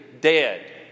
dead